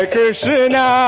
Krishna